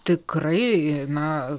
tikrai na